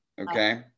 Okay